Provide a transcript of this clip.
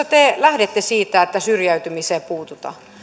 te lähdette siitä että syrjäytymiseen puututaan